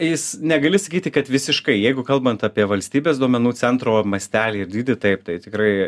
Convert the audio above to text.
jis negali sakyti kad visiškai jeigu kalbant apie valstybės duomenų centro mastelį ir dydį taip tai tikrai